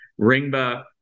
Ringba